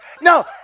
No